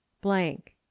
blank